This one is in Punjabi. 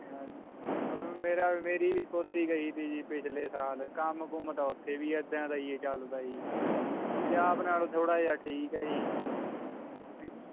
ਹਾਂਜੀ ਮੇਰਾ ਮੇਰੀ ਵੀ ਪੋਤੀ ਗਈ ਸੀ ਜੀ ਪਿਛਲੇ ਸਾਲ ਕੰਮ ਕੁੰਮ ਤਾਂ ਉੱਥੇ ਵੀ ਇੱਦਾਂ ਦਾ ਹੀ ਹੈ ਚੱਲਦਾ ਜੀ ਪੰਜਾਬ ਨਾਲੋਂ ਥੋੜ੍ਹਾ ਜਿਹਾ ਠੀਕ ਹੈ ਜੀ ਹੈ ਜੀ